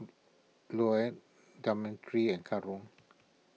Lorne Demetri and Karon